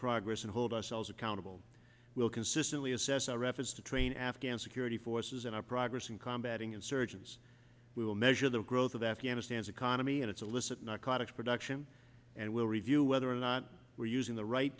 progress and hold ourselves accountable we'll consistently assess our efforts to train afghan security forces and our progress in combat insurgents we will measure the growth of afghanistan's economy and it's a listen not comics production and we'll review whether or not we're using the right